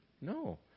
No